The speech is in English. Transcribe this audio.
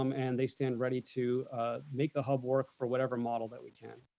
um and they stand ready to make the hub work for whatever model that we can.